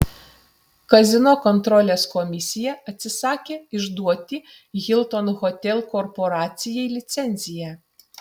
kazino kontrolės komisija atsisakė išduoti hilton hotel korporacijai licenciją